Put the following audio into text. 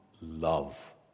love